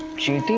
genie!